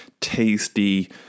tasty